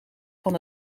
van